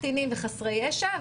קטינים וחסרי ישע,